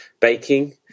Baking